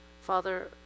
Father